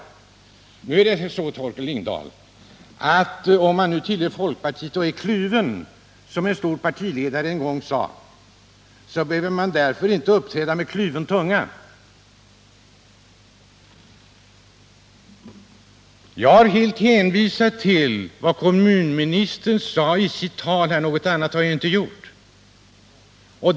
Men, Torkel Lindahl, om man nu i folkpartiet är kluven, som en stor partiledare en gång sade, behöver man inte därför tala med kluven tunga. Jag har helt enkelt hänvisat till vad kommunministern svarade på min fråga vid debatten i denna kammare den 22 januari.